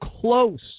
close